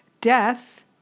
Death